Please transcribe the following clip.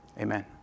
Amen